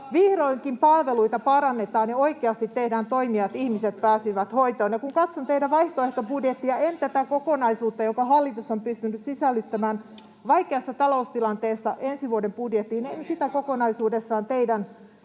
Vihdoinkin palveluita parannetaan ja oikeasti tehdään toimia, että ihmiset pääsivät hoitoon. Kun katson teidän vaihtoehtobudjettianne, niin en tätä kokonaisuutta, jonka hallitus on pystynyt sisällyttämään vaikeassa taloustilanteessa ensi vuoden budjettiin, teidän